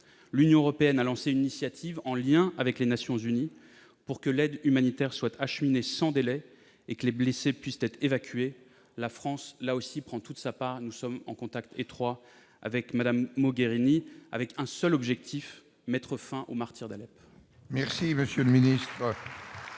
L'Union européenne a lancé une initiative, en lien avec les Nations unies, pour que l'aide humanitaire soit acheminée sans délai et que les blessés puissent être évacués. La France, là aussi, prend toute sa part, et nous sommes en contact étroit avec Mme Federica Mogherini, avec un seul objectif : mettre fin au martyre d'Alep.